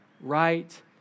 right